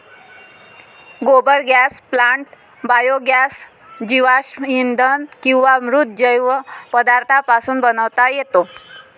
गोबर gas plant biogas जीवाश्म इंधन किंवा मृत जैव पदार्थांपासून बनवता येतो